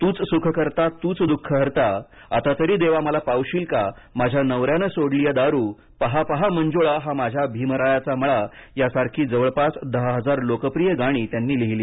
तूच सुखकर्ता तूच दुखहर्ता आता तरी देवा मला पावशील का माझ्या नवऱ्यानं सोडलिया दारु पाहा पाहा मंजूळा हा माझ्या भीमरायाचा मळा यासारखी जवळपास दहा हजार लोकप्रिय गाणी त्यांनी लिहिली